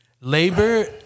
labor